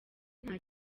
nta